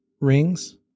rings